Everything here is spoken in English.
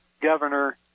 Governor